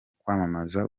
kwamamaza